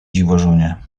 dziwożonie